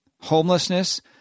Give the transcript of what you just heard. homelessness